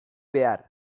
behar